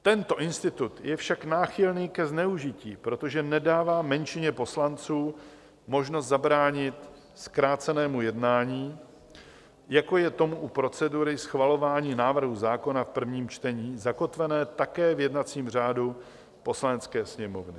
Tento institut je však náchylný ke zneužití, protože nedává menšině poslanců možnost zabránit zkrácenému jednání, jako je tomu u procedury schvalování návrhu zákona v prvním čtení, zakotvené také v jednacím řádu Poslanecké sněmovny.